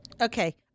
Okay